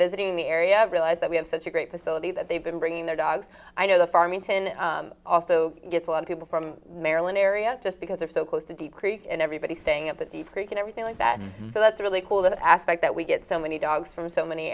visiting the area and realize that we have such a great facility that they've been bringing their dogs i know the farmington also gets a lot of people from maryland area just because they're so close to decrease and everybody saying at the deep creek and everything like that so that's really cool that aspect that we get so many dogs from so many